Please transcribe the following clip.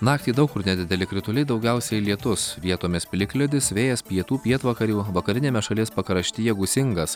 naktį daug kur nedideli krituliai daugiausiai lietus vietomis plikledis vėjas pietų pietvakarių vakariniame šalies pakraštyje gūsingas